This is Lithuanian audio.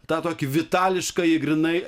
tą tokį vitališkąjį grynai